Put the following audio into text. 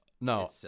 No